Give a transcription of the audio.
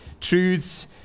Truths